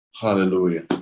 Hallelujah